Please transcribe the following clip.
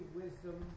wisdom